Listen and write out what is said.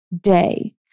day